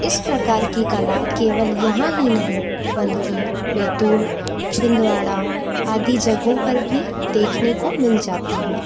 इस प्रकार की कला केवल यहाँ ही नहीं बल्कि बैतूल छिंदवाड़ा आदि जगहों पर भी देखने को मिल जाती हैं